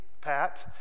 Pat